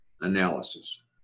analysis